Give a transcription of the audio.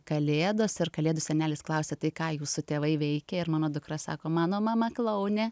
kalėdos ar kalėdų senelis klausia tai ką jūsų tėvai veikia ir mano dukra sako mano mama klounė